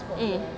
eh